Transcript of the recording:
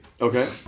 okay